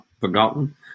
forgotten